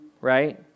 right